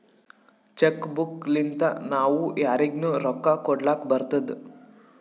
check book ಲಿಂತಾ ನಾವೂ ಯಾರಿಗ್ನು ರೊಕ್ಕಾ ಕೊಡ್ಲಾಕ್ ಬರ್ತುದ್